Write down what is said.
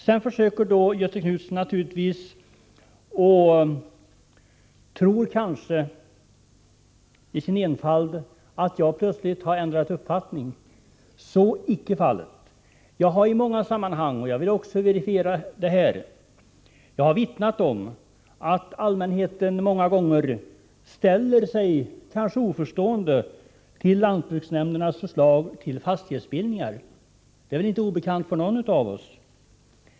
Göthe Knutson tror kanske i sin enfald att jag plötsligt har ändrat uppfattning. Så är icke fallet. Jag har i olika sammanhang vittnat om — och jag vill verifiera det här i dag — att allmänheten många gånger ställer sig oförstående inför lantbruksnämndernas förslag till fastighetsbildningar. Detta är inte obekant för någon av oss.